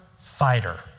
fighter